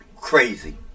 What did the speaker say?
crazy